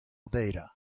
data